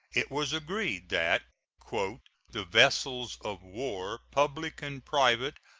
it was agreed that the vessels of war, public and private,